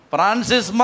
Francis